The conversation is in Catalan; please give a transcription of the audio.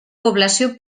població